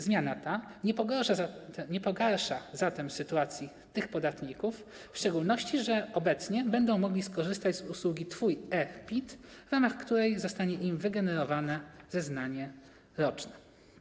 Zmiana ta nie pogarsza zatem sytuacji tych podatników, w szczególności że obecnie będą mogli skorzystać z usługi Twój e-PIT, w ramach której zostanie im wygenerowane zeznanie roczne.